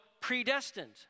predestined